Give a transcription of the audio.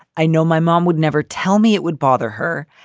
i know my mom would never tell me it would bother her.